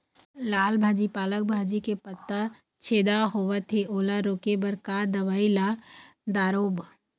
लाल भाजी पालक भाजी के पत्ता छेदा होवथे ओला रोके बर का दवई ला दारोब?